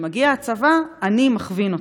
כשמגיע הצבא אני מכווין אותו.